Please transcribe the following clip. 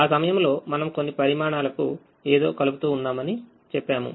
ఆ సమయంలో మనం కొన్ని పరిమాణాలకు ఏదోకలుపుతూ ఉన్నామని చెప్పాము